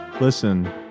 Listen